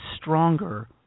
stronger